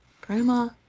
Grandma